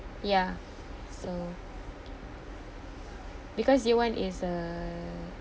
ya so because that one is uh